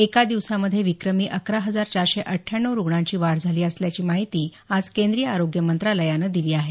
एका दिवसामधे विक्रमी अकरा हजार चारशे अठ्ठावण्ण रुग्णांची वाढ झाली असल्याची माहिती आज केंद्रीय आरोग्य मंत्रालयानं दिली आहे